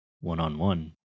one-on-one